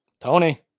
Tony